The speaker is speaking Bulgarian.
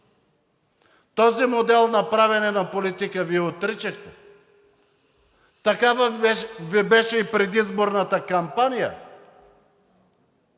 Този модел на правене на политика Вие отричахте. Такава Ви беше и предизборната кампания,